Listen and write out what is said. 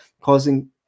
causing